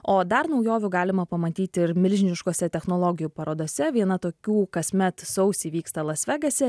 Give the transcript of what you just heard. o dar naujovių galima pamatyti ir milžiniškuose technologijų parodose viena tokių kasmet sausį vyksta las vegase